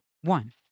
one